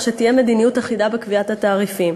שתהיה מדיניות אחידה בקביעת התעריפים.